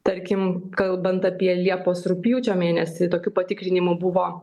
tarkim kalbant apie liepos rugpjūčio mėnesį tokių patikrinimų buvo